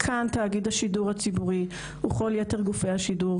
כאן תאגיד השידור הציבורי וכל יתר גופי השידור,